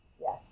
Yes